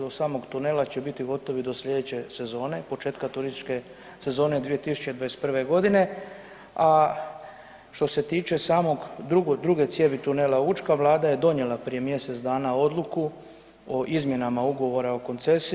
Do samog tunela će biti gotovi do slijedeće sezone, početka turističke sezone 2021.g. A što se tiče samog, drugo, druge cijevi tunela Učka vlada je donijela prije mjesec dana odluku o izmjenama Ugovora o koncesiji.